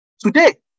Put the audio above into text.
Today